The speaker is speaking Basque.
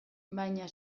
baina